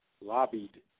lobbied